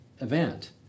event